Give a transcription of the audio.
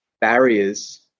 barriers